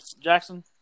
Jackson